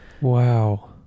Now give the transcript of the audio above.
Wow